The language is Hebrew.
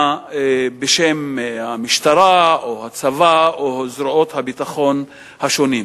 בשם המשטרה או הצבא או זרועות הביטחון השונים.